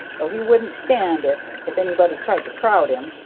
though he wouldn't stand it if anybody tried to crowd him.